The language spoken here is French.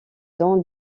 dons